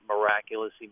miraculously